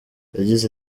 yagize